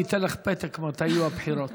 אני אתן לך פתק מתי יהיו הבחירות.